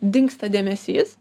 dingsta dėmesys